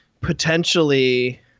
potentially –